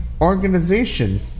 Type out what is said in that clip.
organization